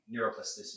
neuroplasticity